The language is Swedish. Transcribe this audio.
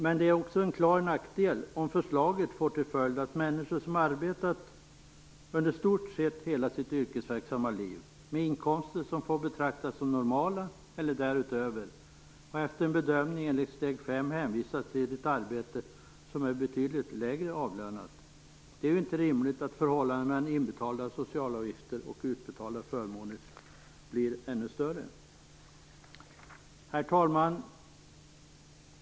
Men det är också en klar nackdel om förslaget får till följd att människor som arbetat under i stort sett hela sitt yrkesverksamma liv, med inkomster som får betraktas som normala eller därutöver, efter en bedömning enligt steg 5 hänvisas till ett arbete som är betydligt lägre avlönat. Det är inte rimligt att förhållandet mellan inbetalda socialavgifter och utbetalda förmåner blir ännu större. Herr talman!